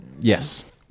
Yes